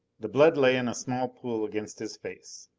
the blood lay in a small pool against his face.